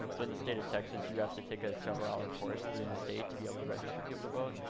so in the state of texas, you have to take a several hour course through the state to be able to register people to vote.